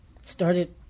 started